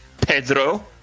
Pedro